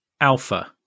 Alpha